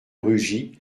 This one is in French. rugy